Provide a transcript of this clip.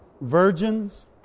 virgins